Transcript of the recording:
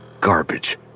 Garbage